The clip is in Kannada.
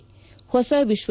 ಹೊಸ ವಿಶ್ವ